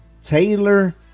Taylor